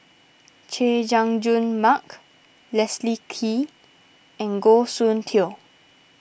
Chay Jung Jun Mark Leslie Kee and Goh Soon Tioe